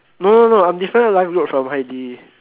no no no I'm different from Heidi